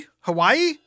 Hawaii